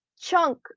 chunk